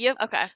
okay